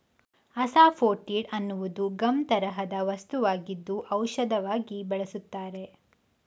asafoetida ಅನ್ನುವುದು gum ತರಹದ ವಸ್ತುವಾಗಿದ್ದು ಔಷಧವಾಗಿ ಬಳಸುತ್ತಾರೆ